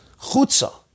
chutzah